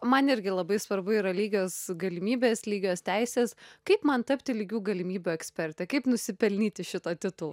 man irgi labai svarbu yra lygios galimybės lygios teisės kaip man tapti lygių galimybių eksperte kaip nusipelnyti šito titul